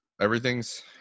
everything's